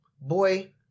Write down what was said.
boy